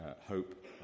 hope